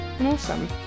Awesome